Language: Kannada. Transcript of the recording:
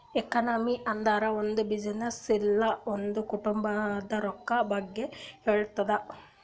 ಎಕನಾಮಿ ಅಂದುರ್ ಒಂದ್ ಬಿಸಿನ್ನೆಸ್ದು ಇಲ್ಲ ಒಂದ್ ಕುಟುಂಬಾದ್ ರೊಕ್ಕಾ ಬಗ್ಗೆ ಹೇಳ್ತುದ್